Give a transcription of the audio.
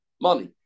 money